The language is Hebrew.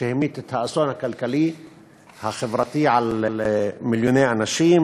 כשהמיט את האסון הכלכלי החברתי על מיליוני אנשים,